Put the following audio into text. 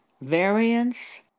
Variance